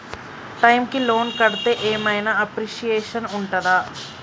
Time కి loan కడ్తే ఏం ఐనా అప్రిషియేషన్ ఉంటదా?